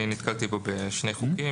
אני נתקלתי בו בשני חוקים,